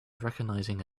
recognizing